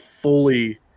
fully